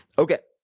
okay.